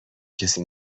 کسی